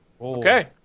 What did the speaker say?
Okay